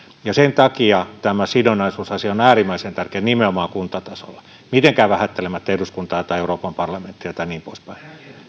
sen takia tämä sidonnaisuusasia on äärimmäisen tärkeä nimenomaan kuntatasolla mitenkään vähättelemättä eduskuntaa tai euroopan parlamenttia ja niin poispäin